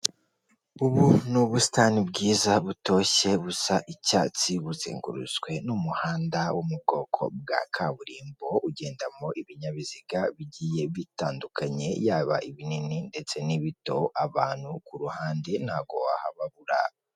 Icyapa kiri mu amabara y'umweru handitseho amagambo atandukanye ari mu ibara ry'icyatsi ndetse n'andi y'ama mabara y'umuhondo, n'andi arimo ibara ry'ubururu ndetse n'indi mibabara y'umutuku.